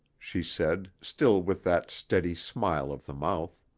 she said, still with that steady smile of the mouth.